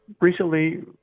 recently